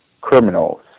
criminals